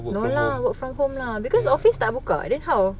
no lah work from home lah because office tak buka then how